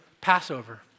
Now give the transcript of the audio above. Passover